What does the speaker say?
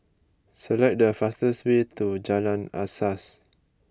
select the fastest way to Jalan Asas